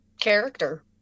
character